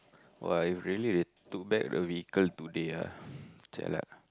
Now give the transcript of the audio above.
[wah] if really they took back the vehicle today ah jialat ah